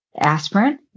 aspirin